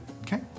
Okay